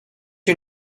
you